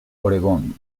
oregón